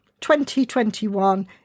2021